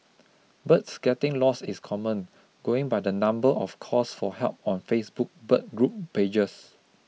birds getting lost is common going by the number of calls for help on Facebook bird group pages